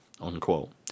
unquote